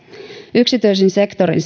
yksityisen sektorin